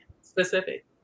specific